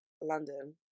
London